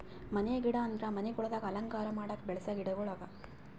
ಮನೆಯ ಗಿಡ ಅಂದುರ್ ಮನಿಗೊಳ್ದಾಗ್ ಅಲಂಕಾರ ಮಾಡುಕ್ ಬೆಳಸ ಗಿಡಗೊಳ್ ಅವಾ